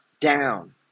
down